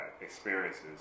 experiences